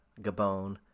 Gabon